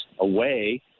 away